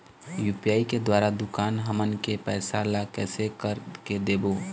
UPI के द्वारा दुकान हमन के पैसा ला कैसे कर के देबो?